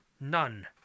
None